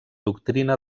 doctrina